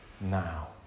now